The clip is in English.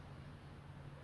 mm